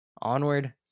onward